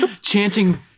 Chanting